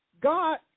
God